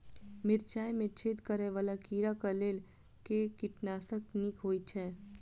मिर्चाय मे छेद करै वला कीड़ा कऽ लेल केँ कीटनाशक नीक होइ छै?